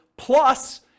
plus